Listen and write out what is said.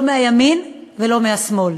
לא מהימין ולא מהשמאל,